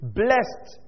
blessed